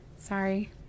Sorry